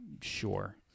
Sure